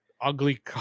ugly